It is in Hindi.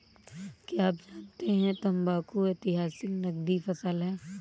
क्या आप जानते है तंबाकू ऐतिहासिक नकदी फसल है